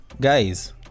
guys